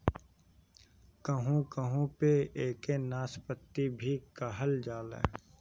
कहू कहू पे एके नाशपाती भी कहल जाला